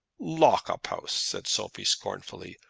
lock-up-ouse! said sophie, scornfully.